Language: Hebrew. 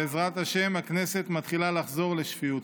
בעזרת השם, הכנסת מתחילה לחזור לשפיות.